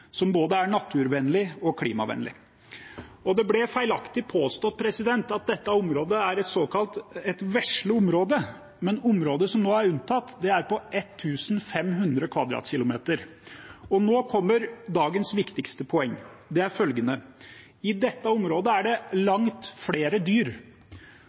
som er både naturvennlig og klimavennlig. Dette området ble feilaktig påstått å være det «vesle området», men området som nå er unntatt, er på 1 500 km2. Nå kommer dagens viktigste poeng, som er følgende: I dette området er det langt flere dyr,